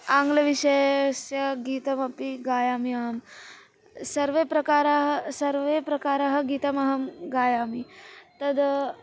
आङ्ग्लविषयस्य गीतमपि गायामि अहं सर्वे प्रकाराः सर्वे प्रकाराः गीतमहं गायामि तद्